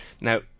Now